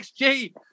XG